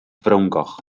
frowngoch